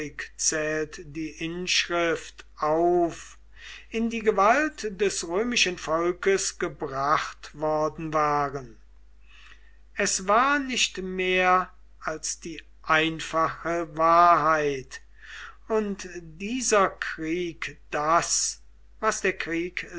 die inschrift auf in die gewalt des römischen volkes gebracht worden waren es war nicht mehr als die einfache wahrheit und dieser krieg das was der